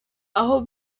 aho